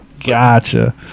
Gotcha